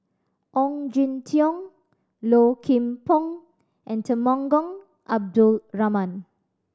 Ong Jin Teong Low Kim Pong and Temenggong Abdul Rahman